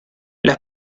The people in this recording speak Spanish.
las